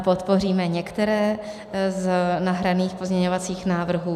Podpoříme některé z nahraných pozměňovacích návrhů.